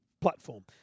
platform